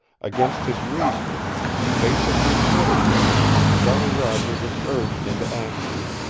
against his reasoning in the face of the absurdity of it jolly roger was urged into action.